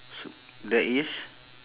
sup~ that is